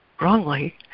wrongly